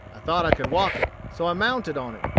i thought i could walk it, so i mounted on it.